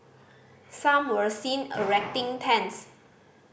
some were seen erecting tents